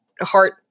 heart